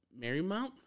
Marymount